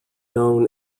known